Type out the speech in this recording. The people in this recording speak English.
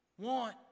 want